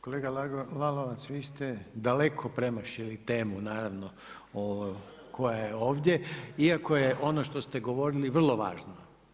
Kolega Lalovac, vi ste daleko premašili temu naravno koja je ovdje, iako je ono što ste govorili vrlo važno.